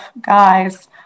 guys